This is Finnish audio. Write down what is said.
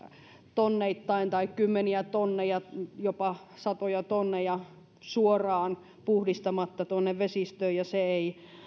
tonneittain tai kymmeniä tonneja jopa satoja tonneja suoraan puhdistamatta tuonne vesistöön ja se ei